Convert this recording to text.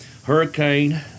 Hurricane